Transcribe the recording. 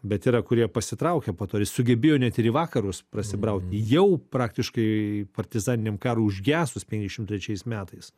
bet yra kurie pasitraukė po to jis sugebėjo net į vakarus prasibrauti jau praktiškai partizaniniam karui užgesus penkiasdešimt trečiais metais